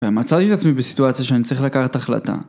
ומצאתי את עצמי בסיטואציה שאני צריך לקחת החלטה.